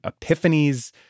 epiphanies